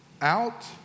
out